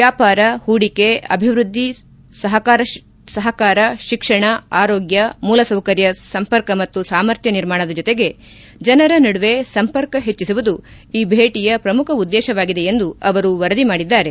ವ್ಯಾಪಾರ ಹೂಡಿಕೆ ಅಭಿವೃದ್ಧಿ ಸಹಕಾರ ಶಿಕ್ಷಣ ಆರೋಗ್ಯ ಮೂಲಸೌಕರ್ಯ ಸಂಪರ್ಕ ಮತ್ತು ಸಾಮರ್ಥ್ವ ನಿರ್ಮಾಣದ ಜೊತೆಗೆ ಜನರ ನಡುವೆ ಸಂಪರ್ಕ ಹೆಚ್ಚಿಸುವುದು ಈ ಭೇಟಿಯ ಪ್ರಮುಖ ಉದ್ದೇಶವಾಗಿದೆ ಎಂದು ಅವರು ವರದಿ ಮಾಡಿದ್ದಾರೆ